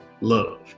love